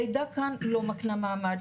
לידה כאן לא מקנה מעמד,